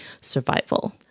survival